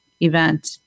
event